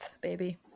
baby